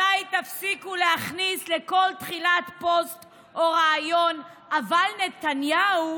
מתי תפסיקו להכניס לכל תחילת פוסט או ריאיון "אבל נתניהו"?